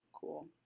cool